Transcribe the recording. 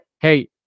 Hey